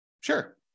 Sure